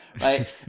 right